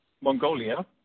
Mongolia